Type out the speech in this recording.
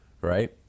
right